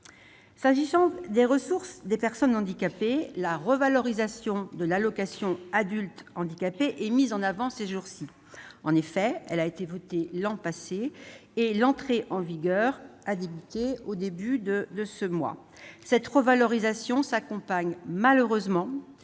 S'agissant des ressources des personnes handicapées, la revalorisation de l'allocation aux adultes handicapés est mise en avant ces jours-ci. Votée l'an passé et entrée en vigueur au début du mois, cette revalorisation s'accompagne malheureusement-